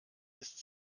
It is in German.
ist